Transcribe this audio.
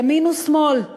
ימין ושמאל,